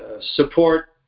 support